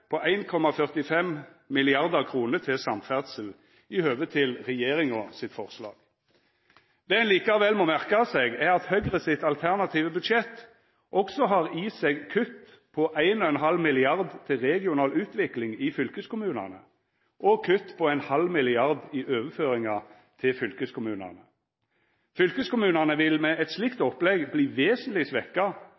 som ein auke på 1,45 mrd. kr til samferdsel, i høve til regjeringa sitt forslag. Det ein likevel må merka seg, er at Høgre sitt alternative budsjett òg har i seg kutt på 1,5 mrd. kr til regional utvikling i fylkeskommunane og kutt på 0,5 mrd. kr i overføringar til fylkeskommunane. Fylkeskommunane vil med eit slikt